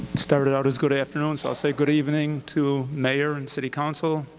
started out as good afternoon, so i'll say good evening to mayor and city council.